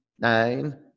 nine